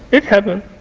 it happens.